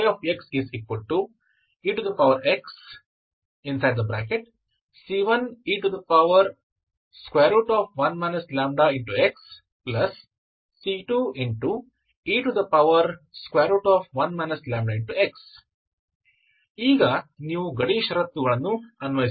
yxexc1e1 λxc2e1 λx ಈಗ ನೀವು ಗಡಿ ಷರತ್ತುಗಳನ್ನು ಅನ್ವಯಿಸುತ್ತೀರಿ